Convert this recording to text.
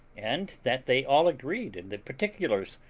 and that they all agreed in the particulars,